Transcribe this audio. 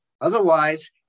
Otherwise